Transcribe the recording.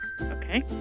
Okay